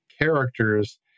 characters